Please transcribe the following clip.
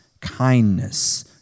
kindness